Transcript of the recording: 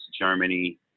Germany